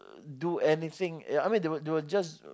do anything ya I mean they would they would just